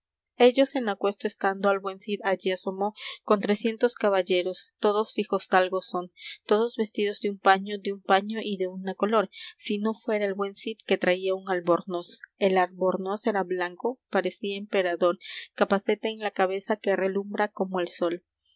ellos en aquesto estando el buen cid allí asomó con trescientos caballeros todos fijosdalgo son todos vestidos de un paño de un paño y de una color si no fuera el buen cid que traía un albornoz el albornoz era blanco parecía emperador capacete en la cabeza que relumbra como el sol